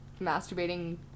masturbating